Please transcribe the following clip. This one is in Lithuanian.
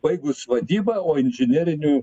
baigus vadybą o inžinerinių